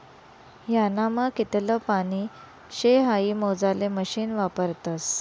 ह्यानामा कितलं पानी शे हाई मोजाले मशीन वापरतस